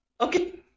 Okay